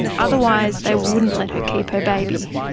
otherwise they wouldn't let her keep her baby.